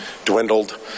dwindled